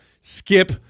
Skip